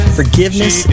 forgiveness